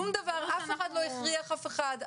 אף אחד לא הכריח אף אחד,